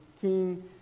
King